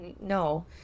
no